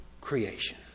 creation